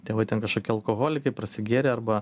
tėvai ten kažkokie alkoholikai prasigėrę arba